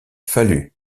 fallut